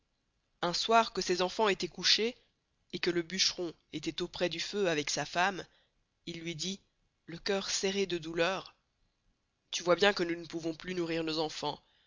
un soir que ces enfans estoient couchés et que le bucheron estoit auprés du feu avec sa femme il luy dit le cœur serré de douleur tu vois bien que nous ne pouvons plus nourir nos enfans